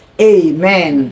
Amen